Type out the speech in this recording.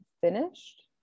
finished